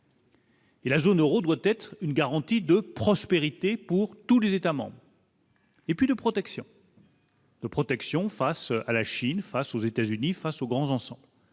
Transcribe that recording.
Et la zone Euro doit être une garantie de prospérité pour tous les États-membres. Et puis de protection. De protection face à la Chine face aux États-Unis, face aux grands ensembles,